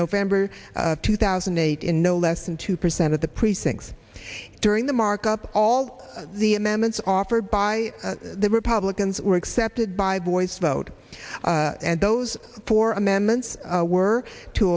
november two thousand and eight in no less than two percent of the precincts during the markup all the amendments offered by the republicans were accepted by voice vote and those four amendments were to